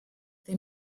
they